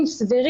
מתווה.